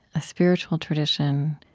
a spiritual tradition,